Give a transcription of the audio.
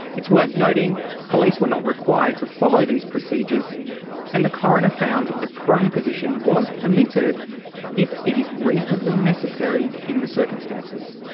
it's worth noting police were not required to follow these procedures and the coroner found the prone position was permitted if it is reasonably necessary in the circumstances.